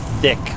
thick